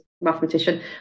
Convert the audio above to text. mathematician